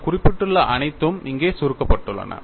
நான் குறிப்பிட்டுள்ள அனைத்தும் இங்கே சுருக்கப்பட்டுள்ளன